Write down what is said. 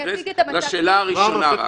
רק לשאלה הראשונה.